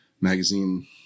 magazine